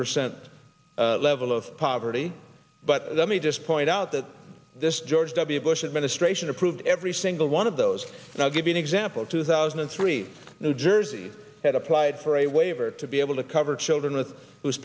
percent level of poverty but let me just point out that this george w bush administration approved every single one of those and i'll give you an example two thousand and three new jersey had applied for a waiver to be able to cover children with whose